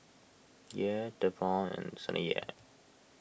Yair Devaughn and Saniyah